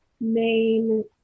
main